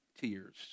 tears